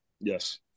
Yes